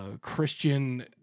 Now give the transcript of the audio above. Christian